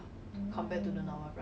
why you can zoom with me